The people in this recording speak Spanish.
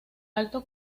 alto